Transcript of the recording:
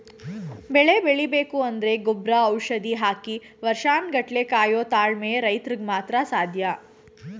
ಬೆಳೆ ಬೆಳಿಬೇಕು ಅಂದ್ರೆ ಗೊಬ್ರ ಔಷಧಿ ಹಾಕಿ ವರ್ಷನ್ ಗಟ್ಲೆ ಕಾಯೋ ತಾಳ್ಮೆ ರೈತ್ರುಗ್ ಮಾತ್ರ ಸಾಧ್ಯ